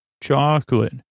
Chocolate